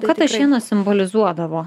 ką tas šienas simbolizuodavo